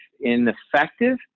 ineffective